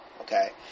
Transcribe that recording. Okay